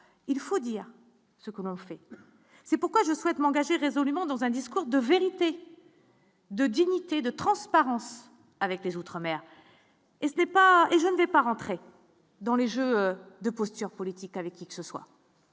il faut dire ce que l'on fait, c'est pourquoi je souhaite m'engager résolument en dans un discours de vérité, de dignité, de transparence avec les outre-mer et ce n'est pas et je ne vais pas rentrer. Dans les jeux de posture politique avec qui que ce soit